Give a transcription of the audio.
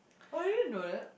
oh I didn't know that